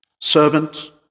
servant